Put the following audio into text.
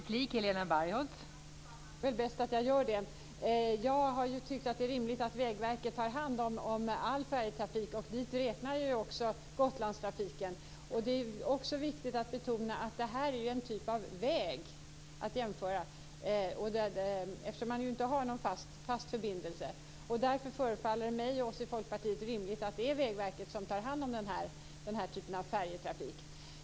Fru talman! Då är det bäst att jag gör det. Jag har ju tyckt att det är rimligt att Vägverket tar hand dom all färjetrafik, och dit räknar jag också Gotlandstrafiken. Det är även viktigt att betona att det här är en typ av väg. Man kan jämföra med det eftersom man ju inte har någon fast förbindelse. Därför förefaller det mig och oss i Folkpartiet rimligt att det är Vägverket som tar hand om den här typen av färjetrafik.